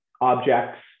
objects